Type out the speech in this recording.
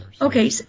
Okay